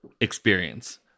experience